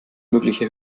mögliche